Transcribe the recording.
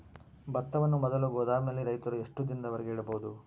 ಭತ್ತವನ್ನು ಮೊದಲು ಗೋದಾಮಿನಲ್ಲಿ ರೈತರು ಎಷ್ಟು ದಿನದವರೆಗೆ ಇಡಬಹುದು?